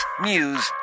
news